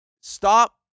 stop